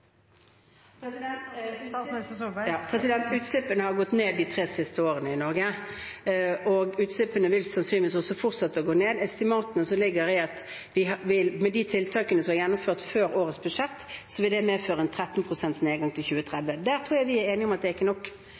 Utslippene har gått ned i Norge de tre siste årene, og de vil sannsynligvis også fortsette å gå ned. Estimatene som foreligger, er at de tiltakene som er gjennomført før årets budsjett, vil medføre en nedgang på 13 pst. til 2030. Jeg tror vi er enige om at det ikke er nok.